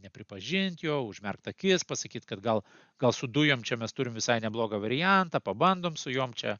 nepripažint jo užmerkt akis pasakyt kad gal gal su dujom čia mes turim visai neblogą variantą pabandom su jom čia